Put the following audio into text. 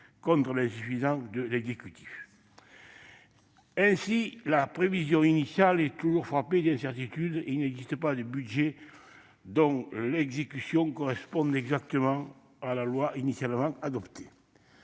contrôle insuffisant de l'exécution. Ainsi, la prévision initiale est toujours frappée d'incertitudes et il n'existe pas de budget dont l'exécution corresponde exactement à la loi initialement adoptée.